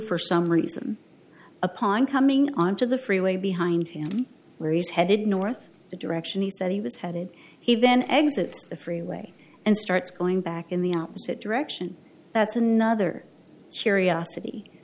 for some reason upon coming onto the freeway behind him where he's headed north the direction he said he was headed he then exits the freeway and starts going back in the opposite direction that's another curiosity